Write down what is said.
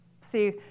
see